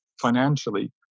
financially